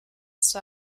zur